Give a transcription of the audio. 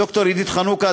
ד"ר עידית חנוכה,